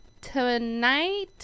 tonight